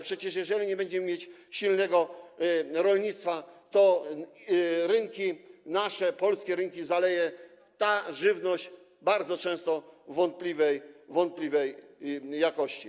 Przecież jeżeli nie będziemy mieć silnego rolnictwa, to nasze, polskie rynki zaleje ta żywność bardzo często wątpliwej jakości.